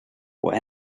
what